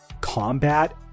combat